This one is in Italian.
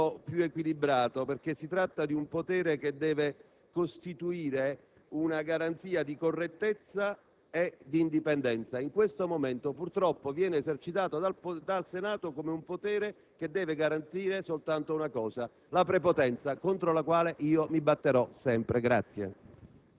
dovrebbe vedere un uso più equilibrato, perché si tratta di un potere che deve costituire una garanzia di correttezza e di indipendenza; in questo momento, purtroppo, viene esercitato dal Senato come un potere che deve garantire soltanto una cosa: la prepotenza, contro la quale mi batterò